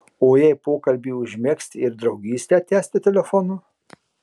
o jei pokalbį užmegzti ir draugystę tęsti telefonu